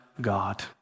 God